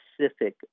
specific